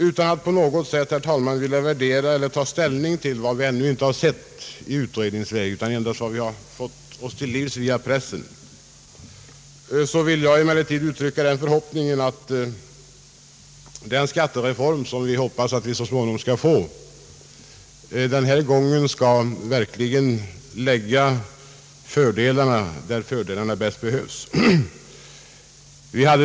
Utan att på något sätt vilja ta ställning till vad utredningen ännu inte offentliggjort vill jag uttrycka den förhoppningen att den skattereform som vi hoppas att vi så småningom skall få verkligen kommer att lägga fördelarna där fördelarna bäst behövs.